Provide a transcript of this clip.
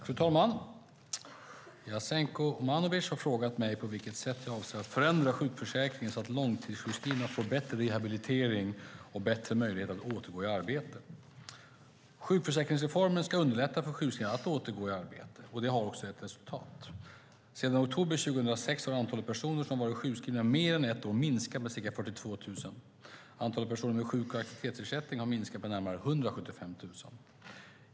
Fru talman! Jasenko Omanovic har frågat mig på vilket sätt jag avser att förändra sjukförsäkringen så att långtidssjukskrivna får bättre rehabilitering och bättre möjligheter att återgå i arbete. Sjukförsäkringsreformen ska underlätta för sjukskrivna att återgå i arbete, och den har också gett resultat. Sedan oktober 2006 har antalet personer som varit sjukskrivna mer än ett år minskat med ca 42 000. Antalet personer med sjuk eller aktivitetsersättning har minskat med närmare 175 000.